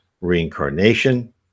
reincarnation